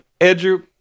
Andrew